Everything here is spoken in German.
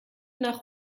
nach